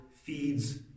feeds